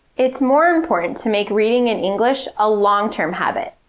it's more important to make reading in english a long-term habit,